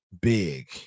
big